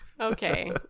Okay